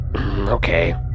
Okay